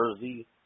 Jersey